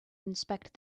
inspect